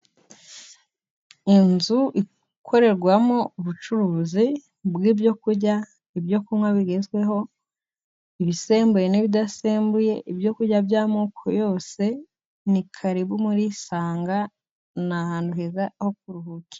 Inzu ikorerwamo ubucuruzi bw'ibyoku kurya, ibyo kunywa bigezweho, ibisembuye n'ibidasembuye, ibyo kurya by'amoko yose, ni karibu murisanga ni ahantu heza ho kuruhukira.